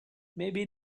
maybe